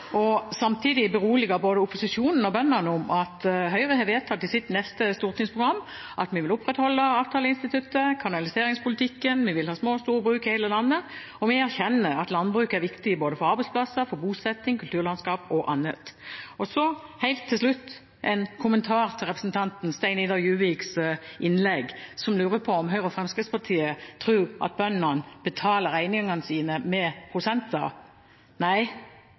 og samtidig berolige både opposisjonen og bøndene med at Høyre har vedtatt i sitt neste stortingsprogram at vi vil opprettholde avtaleinstituttet, kanaliseringspolitikken, vi vil ha små og store bruk i hele landet, og vi erkjenner at landbruk er viktig både for arbeidsplasser, for bosetting, for kulturlandskap og annet. Så helt til slutt en kommentar til representanten Kjell-Idar Juviks innlegg, som lurer på om Høyre og Fremskrittspartiet tror at bøndene betaler regningene sine med prosenter.